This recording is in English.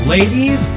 Ladies